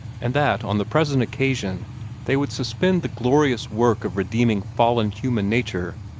and that on the present occasion they would suspend the glorious work of redeeming fallen human nature,